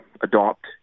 adopt